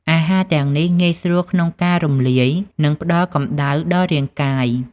អាហារទាំងនេះងាយស្រួលក្នុងការរំលាយ និងផ្ដល់កំដៅដល់រាងកាយ។